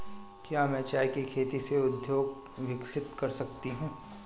क्या मैं चाय की खेती से उद्योग विकसित कर सकती हूं?